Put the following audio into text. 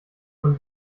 von